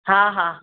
हा हा